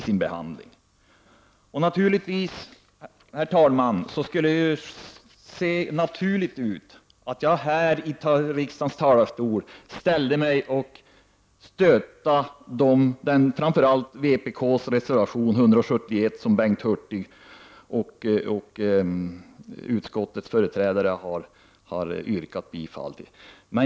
Givetvis skulle det, herr talman, se naturligt ut om jag här från riksdagens talarstol stödde vänsterpartiets reservation 171, som Bengt Hurtig och utskottsmajoritetens företrädare har yrkat bifall till.